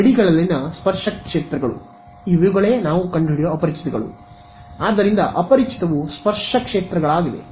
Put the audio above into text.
ಗಡಿಗಳಲ್ಲಿನ ಸ್ಪರ್ಶ ಕ್ಷೇತ್ರಗಳು ಆದ್ದರಿಂದ ಅಪರಿಚಿತವು ಸ್ಪರ್ಶ ಕ್ಷೇತ್ರಗಳಾಗಿವೆ